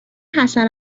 حسن